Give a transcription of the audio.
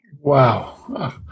Wow